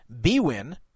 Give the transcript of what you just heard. Bwin